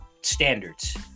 standards